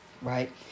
Right